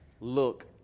Look